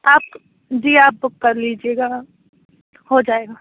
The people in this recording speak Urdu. آپ جی آپ بک کر لیجیے گا ہو جائے گا